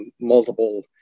multiple